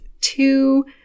two